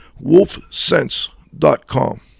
wolfsense.com